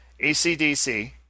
ACDC